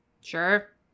Sure